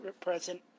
present